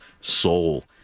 soul